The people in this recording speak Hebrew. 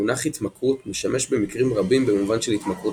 המונח התמכרות משמש במקרים רבים במובן של התמכרות